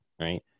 Right